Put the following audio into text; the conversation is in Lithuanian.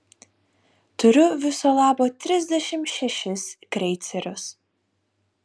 turiu viso labo trisdešimt šešis kreicerius